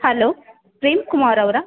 hello Prema ಕುಮಾರವರಾ